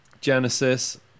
Genesis